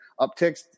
upticks